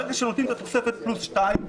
ברגע שנותנים את התוספת פלוס שתיים,